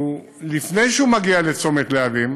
לפני שהוא מגיע לצומת להבים,